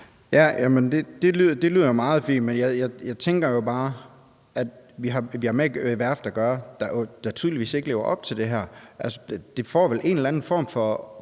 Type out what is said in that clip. det lyder meget fint. Men jeg tænker bare, at vi har med et værft at gøre, der tydeligvis ikke lever op til det her. Altså, det får vel en eller anden form for